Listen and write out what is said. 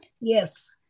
Yes